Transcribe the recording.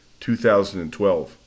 2012